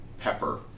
pepper